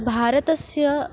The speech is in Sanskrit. भारतस्य